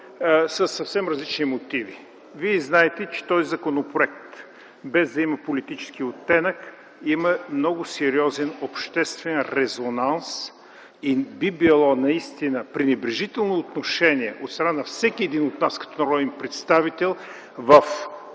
съвсем различни мотиви. Вие знаете, че този законопроект, без да има политически оттенък, има много сериозен обществен резонанс и би било наистина пренебрежително отношение от страна на всеки един от нас като народен представител в